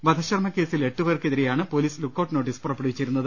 വധശ്രമകേസിൽ എട്ടുപേർക്കെ തിരെയാണ് police lookout notice പുറപ്പെടുവിച്ചിരുന്നത്